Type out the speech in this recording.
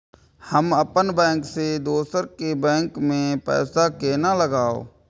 हम अपन बैंक से दोसर के बैंक में पैसा केना लगाव?